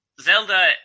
Zelda